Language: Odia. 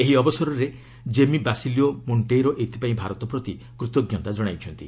ଏହି ଅବସରରେ ଜେମି ବାସିଲିଓ ମୋଷ୍ଟେଇରୋ ଏଥିପାଇଁ ଭାରତ ପ୍ରତି କୃତଜ୍ଞତା ଜଣାଇଛନ୍ତି